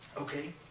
Okay